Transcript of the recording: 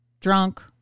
drunk